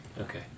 Okay